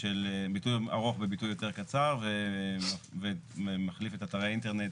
ארוך בביטוי יותר קצר ומחליף את אתר האינטרנט